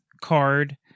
card